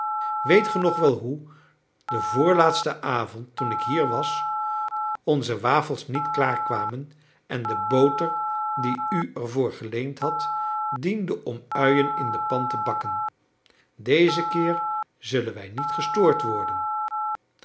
weet ge nog wel hoe den voorlaatsten avond toen ik hier was onze wafels niet klaar kwamen en de boter die u ervoor geleend had diende om uien in de pan te bakken dezen keer zullen wij niet gestoord worden